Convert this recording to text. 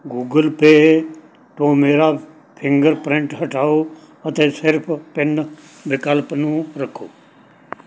Google Pay ਤੋਂ ਮੇਰਾ fingerprint ਹਟਾਓ ਅਤੇ ਸਿਰਫ਼ ਪਿਨ ਵਿਕਲਪ ਨੂੰ ਰੱਖੋ